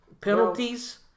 Penalties